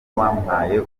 wampaye